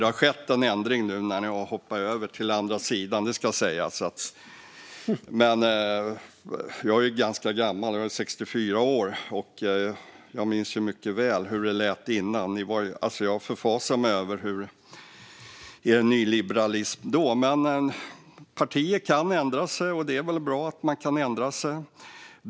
Det har skett en ändring nu när ni har hoppat över till den andra sidan; det ska sägas. Jag är dock ganska gammal - 64 år - och minns mycket väl hur det lät tidigare. Jag förfasade mig över er nyliberalism då. Men partier kan ändra sig, och det är väl bra att man kan ändra sig.